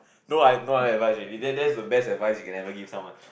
no I no other advice already that that's the best advice you can ever give someone